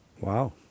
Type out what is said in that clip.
Wow